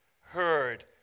heard